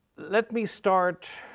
let me start